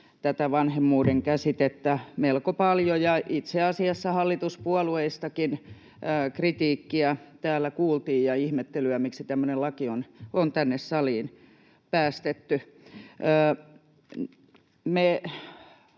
tätä vanhemmuuden käsitettä melko paljon. Itse asiassa hallituspuolueistakin kritiikkiä ja ihmettelyä täällä kuultiin, miksi tämmöinen laki on tänne saliin päästetty.